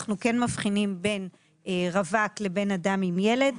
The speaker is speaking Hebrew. אנחנו כן מבחינים בין רווק לבין אדם עם ילד.